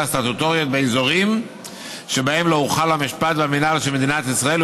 הסטטוטוריות באזורים שבהם לא הוחלו המשפט והמינהל של מדינת ישראל,